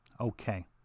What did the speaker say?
Okay